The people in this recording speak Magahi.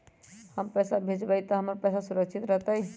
हम पैसा भेजबई तो हमर पैसा सुरक्षित रहतई?